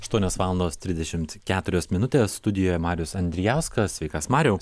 aštuonios valandos trisdešimt keturios minutės studijoj marius andrijauskas sveikas marijau